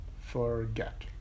forget